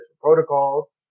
protocols